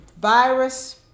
virus